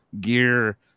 gear